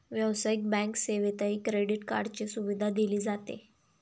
व्यावसायिक बँक सेवेतही क्रेडिट कार्डची सुविधा दिली जाते